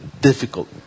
difficult